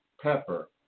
pepper